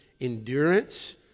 endurance